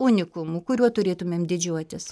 unikumų kuriuo turėtumėm didžiuotis